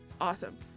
awesome